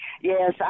Yes